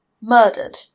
murdered